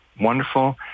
wonderful